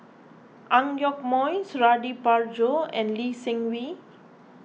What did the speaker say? Ang Yoke Mooi Suradi Parjo and Lee Seng Wee